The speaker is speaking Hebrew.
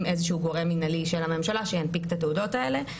איזשהו גורם מנהלי של הממשלה שינפיק את התעודות האלה.